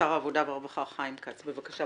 שר העבודה והרווחה חיים כץ, בבקשה.